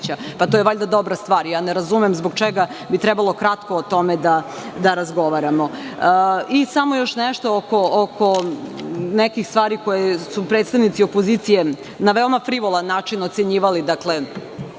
Pa to je valjda dobra stvar. Ne razumem zbog čega bi trebalo kratko o tome da razgovaramo. Samo još nešto oko nekih stvari koje su predstavnici opozicije na veoma frivolan način ocenjivali